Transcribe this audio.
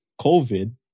COVID